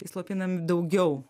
slopinam daugiau